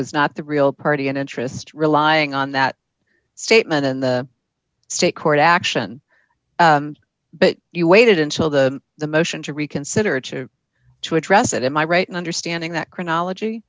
was not the real party and interest relying on that statement in the state court action but you waited until the the motion to reconsider to address it in my right understanding that chronology